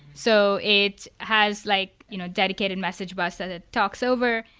so it has like you know dedicated message bus that it talks over.